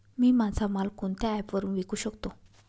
मी माझा माल कोणत्या ॲप वरुन विकू शकतो?